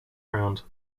round